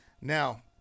Now